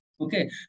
Okay